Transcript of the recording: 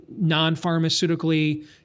non-pharmaceutically